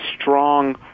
strong